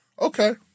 okay